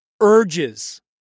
urges